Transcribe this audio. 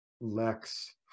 lex